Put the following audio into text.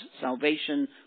salvation